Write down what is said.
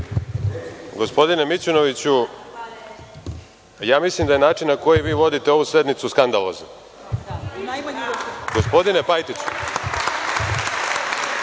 Gospodine Mićunoviću, ja mislim da je način na koji vi vodite ovu sednicu skandalozan. Gospodine Pajtiću,